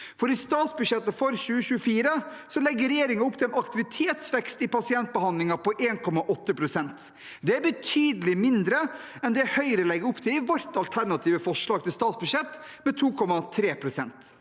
I statsbudsjettet for 2024 legger regjeringen opp til en aktivitetsvekst i pasientbehandlingen på 1,8 pst. Det er betydelig mindre enn det Høyre legger opp til i sitt alternative forslag til statsbudsjett, med 2,3 pst.